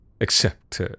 Except